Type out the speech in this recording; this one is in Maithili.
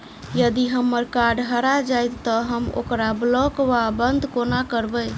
यदि हम्मर कार्ड हरा जाइत तऽ हम ओकरा ब्लॉक वा बंद कोना करेबै?